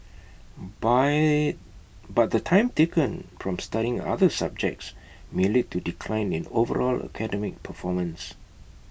buy but the time taken from studying other subjects may lead to A decline in overall academic performance